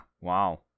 Wow